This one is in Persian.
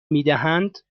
میدهند